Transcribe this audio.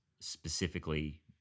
specifically